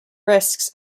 risks